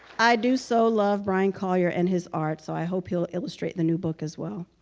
i do so love bryan collier and his art. so i hope he'll illustrate the new book as well.